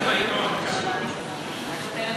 תפסיקו לעבוד עם העיתון.